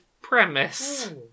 premise